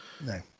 No